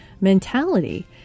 mentality